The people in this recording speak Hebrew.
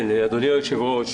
כן אדוני היו"ר.